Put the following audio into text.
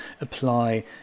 apply